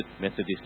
Methodist